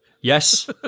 Yes